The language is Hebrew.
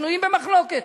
שנויים במחלוקת,